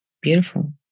beautiful